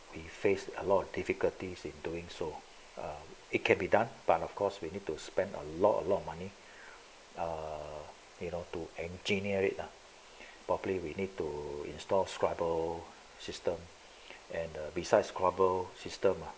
we face a lot of difficulties in doing so err it can be done but of course we need to spend a lot a lot of money err you know to engineer it properly we need to install scrabble system and besides squabble system